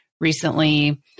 recently